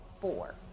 four